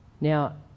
Now